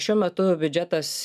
šiuo metu biudžetas